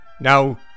Now